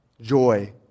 Joy